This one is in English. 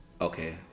Okay